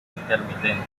intermitente